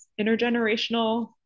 intergenerational